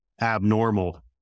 abnormal